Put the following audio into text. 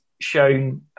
shown